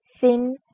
thin